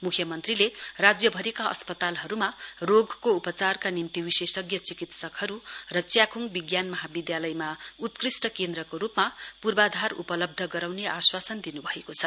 म्ख्यमन्त्रीले राज्यभरिका अस्पतालहरूमा रोगको उपचारका निम्ति विशेषज्ञ चिकित्सकहरू र च्याख्ङ विज्ञान महाविद्यालयमा उत्कृष्ट केन्द्रको रूपमा पूर्वाधार उपलब्ध गराउने आश्वासन दिन्भएको छ